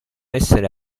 essere